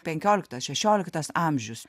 penkioliktas šešioliktas amžius